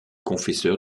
confesseur